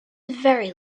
very